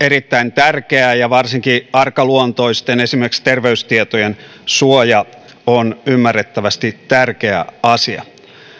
erittäin tärkeää ja varsinkin arkaluontoisten esimerkiksi terveystietojen suoja on ymmärrettävästi tärkeä asia